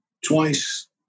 twice